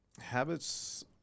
habits